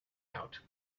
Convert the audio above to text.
out